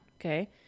okay